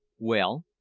well,